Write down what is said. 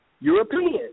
Europeans